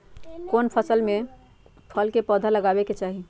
कौन मौसम में फल के पौधा लगाबे के चाहि?